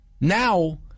Now